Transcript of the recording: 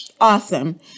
Awesome